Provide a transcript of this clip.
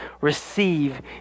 Receive